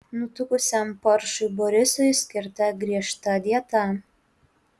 nutukusiam paršui borisui skirta griežta dieta